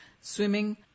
swimming